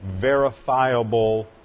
verifiable